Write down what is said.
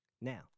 Now